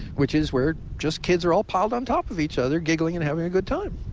which is where just kids are all piled on top of each other giggling and having a good time.